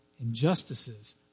injustices